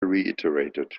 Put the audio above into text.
reiterated